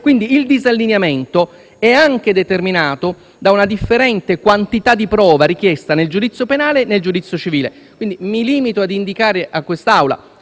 Quindi, il disallineamento è anche determinato da una differente quantità di prova richiesta nel giudizio penale e nel giudizio civile. Mi limito a indicare all'Assemblea,